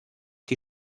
die